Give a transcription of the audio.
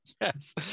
Yes